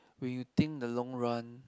when you think the long run